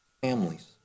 families